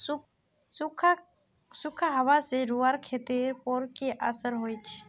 सुखखा हाबा से रूआँर खेतीर पोर की असर होचए?